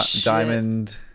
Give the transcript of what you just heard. Diamond